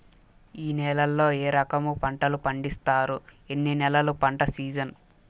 ఏ నేలల్లో ఏ రకము పంటలు పండిస్తారు, ఎన్ని నెలలు పంట సిజన్?